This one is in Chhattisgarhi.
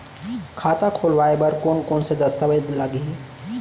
खाता खोलवाय बर कोन कोन से दस्तावेज लागही?